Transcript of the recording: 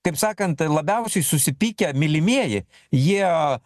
kaip sakant labiausiai susipykę mylimieji jie